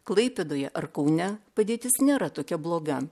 klaipėdoje ar kaune padėtis nėra tokia bloga